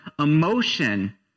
emotion